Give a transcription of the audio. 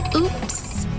oops.